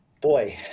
boy